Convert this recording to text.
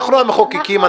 אנחנו המחוקקים.